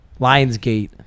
Lionsgate